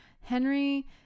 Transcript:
Henry